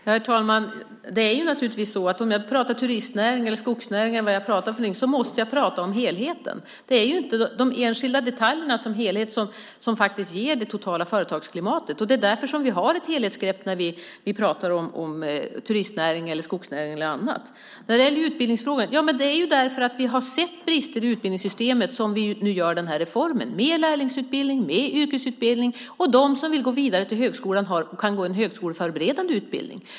Herr talman! Det är naturligtvis så att om jag pratar om turistnäring, skogsnäring eller något annat måste jag prata om helheten. Det är inte de enskilda detaljerna som helhet som faktiskt ger det totala företagsklimatet. Det är därför vi har ett helhetsgrepp när vi pratar om turistnäring, skogsnäring eller annat. Det är därför att vi har sett brister i utbildningssystemet som vi nu genomför reformen med lärlingsutbildning och yrkesutbildning. De som vill gå vidare till högskolan kan gå en högskoleförberedande utbildning.